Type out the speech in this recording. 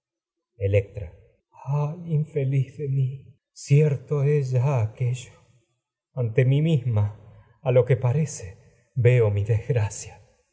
electra ay infeliz de mí cierto es ya aquello a ante mí misma lo que parece veo mi desgracia